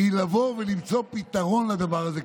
היא לבוא ולמצוא פתרון לדבר הזה,